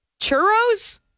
Churros